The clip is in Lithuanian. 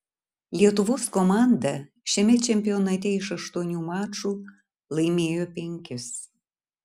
lietuvos komanda šiame čempionate iš aštuonių mačų laimėjo penkis